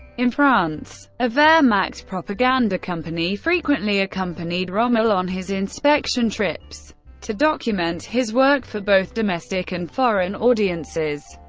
in france, a wehrmacht propaganda company frequently accompanied rommel on his inspection trips to document his work for both domestic and foreign audiences.